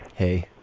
hey